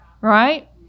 Right